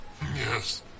Yes